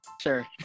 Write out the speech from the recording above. sure